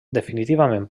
definitivament